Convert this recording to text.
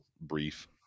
brief